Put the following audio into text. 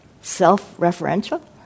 self-referential